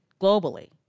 globally